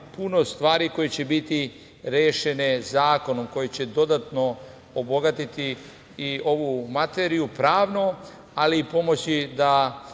puno stvari koje će biti rešene zakonom, koji će dodatno obogatiti i ovu materiju pravno, ali i pomoći da